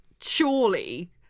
surely